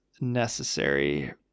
necessary